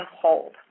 hold